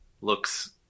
looks